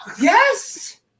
Yes